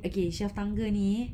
okay shelf tangga ni